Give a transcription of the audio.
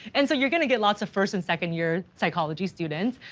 and so you're gonna get lots of first and second year psychology students.